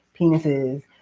penises